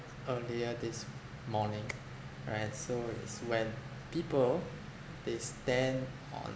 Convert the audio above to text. earlier this morning right so is when people they stand on